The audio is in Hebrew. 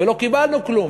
ולא קיבלנו כלום,